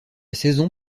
saison